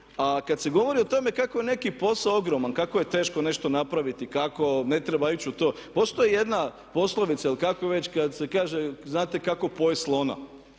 A kada se govori o tome kako je neki posao ogroman, kako je teško nešto napraviti, kako ne treba ići u to, postoji jedna poslovica ili kako već kada se kaže znate kako pojesti slona?